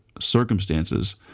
circumstances